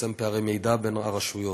ולצמצם פערי מידע בין הרשויות.